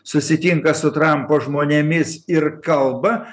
susitinka su trampo žmonėmis ir kalba